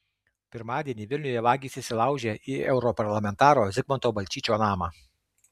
pirmadienį vilniuje vagys įsilaužė į europarlamentaro zigmanto balčyčio namą